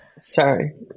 Sorry